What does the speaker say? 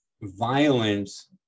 violence